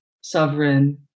sovereign